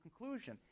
conclusion